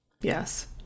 Yes